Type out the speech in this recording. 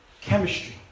chemistry